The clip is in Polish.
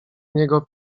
niego